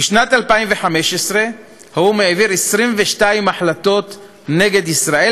בשנת 2015 האו"ם העביר 22 החלטות נגד ישראל